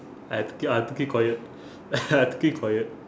I have to ke~ I have to keep quiet I have to keep quiet